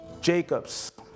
Jacobs